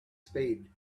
spade